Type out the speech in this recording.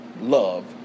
love